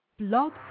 Blog